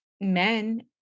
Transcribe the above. men